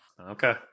Okay